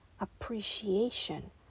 appreciation